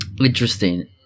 interesting